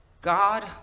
God